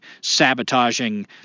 sabotaging